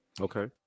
Okay